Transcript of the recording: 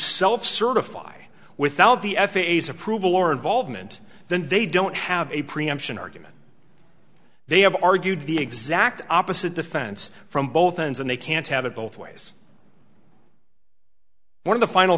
self certify without the f a s approval or involvement then they don't have a preemption argument they have argued the exact opposite defense from both ends and they can't have it both ways one of the final